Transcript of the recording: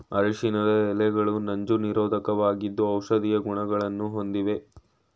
ಅರಿಶಿಣದ ಎಲೆಗಳು ನಂಜು ನಿರೋಧಕವಾಗಿದ್ದು ಔಷಧೀಯ ಗುಣಗಳನ್ನು ಹೊಂದಿವೆ